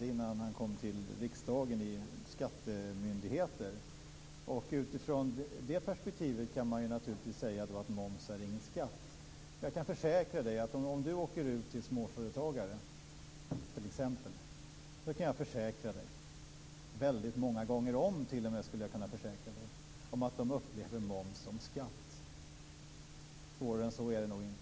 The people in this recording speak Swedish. innan han kom till riksdagen verksam inom skattemyndigheten. Utifrån det perspektivet kan man naturligtvis säga att moms inte är någon skatt. Men jag kan försäkra honom väldigt många gånger om att småföretagare, t.ex., upplever moms som skatt. Svårare än så är det nog inte.